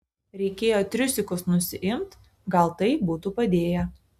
reikėjo triusikus nusiimt gal tai būtų padėję